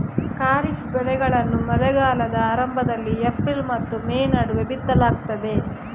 ಖಾರಿಫ್ ಬೆಳೆಗಳನ್ನು ಮಳೆಗಾಲದ ಆರಂಭದಲ್ಲಿ ಏಪ್ರಿಲ್ ಮತ್ತು ಮೇ ನಡುವೆ ಬಿತ್ತಲಾಗ್ತದೆ